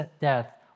death